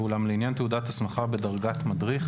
ואולם לעניין תעודת הסמכה בדרגת מדריך,